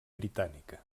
britànica